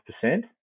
percent